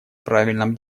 правильном